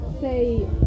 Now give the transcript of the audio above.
say